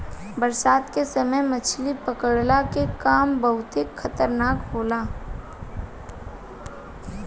बरसात के समय मछली पकड़ला के काम बहुते खतरनाक होला